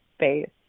space